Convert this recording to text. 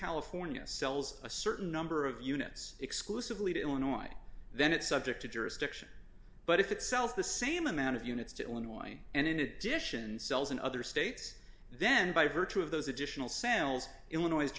california sells a certain number of units exclusively to illinois then it's subject to jurisdiction but if it sells the same amount of units to illinois and in addition sells in other states then by virtue of those additional sales illinois